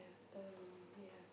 um ya